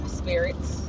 spirits